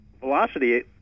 velocity